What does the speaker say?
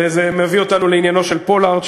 וזה מביא אותנו לעניינו של פולארד,